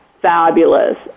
fabulous